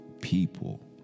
people